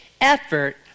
effort